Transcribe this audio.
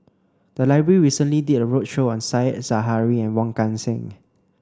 the library recently did a roadshow on Said Zahari and Wong Kan Seng